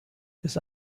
bis